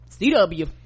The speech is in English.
CW